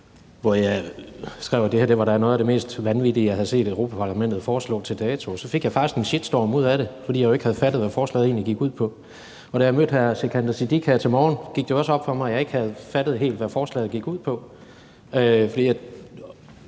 hvor jeg skrev, at det her da var noget af det mest vanvittige, jeg havde set Europa-Parlamentet foreslå til dato. Så fik jeg faktisk en shitstorm ud af det, fordi jeg jo ikke havde fattet, hvad forslaget egentlig gik ud på. Da jeg mødte hr. Sikandar Siddique her til morgen, gik det også op for mig, at jeg ikke helt havde fattet, hvad forslaget går ud på.